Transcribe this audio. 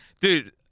dude